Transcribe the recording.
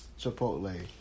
Chipotle